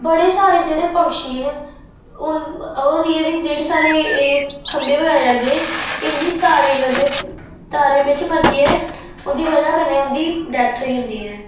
बड़े सारे जेह्ड़़े पक्षी न ओह् जेहदी स्हाड़े खंबे बगैरा लगदे इंदी तारें तारें बिच फसियै उंदी वजह कन्नै उंदी डैथ होई जंदी ऐ